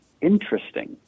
interesting